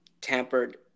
tampered